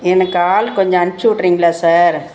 எனக்கு ஆள் கொஞ்சம் அனுப்ச்சு விட்றீங்களா சார்